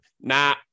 nah